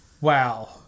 wow